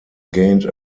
gained